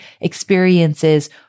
experiences